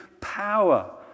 power